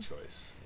choice